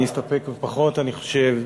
אני אסתפק בפחות, אני חושב.